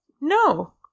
No